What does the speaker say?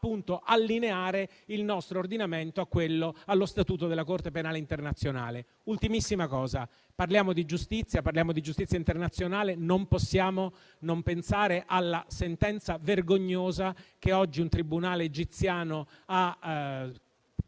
allineare il nostro ordinamento allo Statuto della Corte penale internazionale. Da ultimo, parliamo di giustizia internazionale e non possiamo non pensare alla sentenza vergognosa che oggi un tribunale egiziano ha emesso